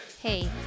hey